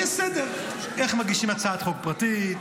יש סדר איך מגישים הצעת חוק פרטית,